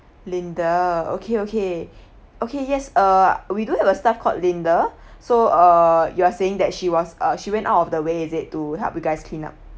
linda okay okay okay yes uh we do have a staff called linda so uh you're saying that she was uh she went out of the way is it to help you guys clean up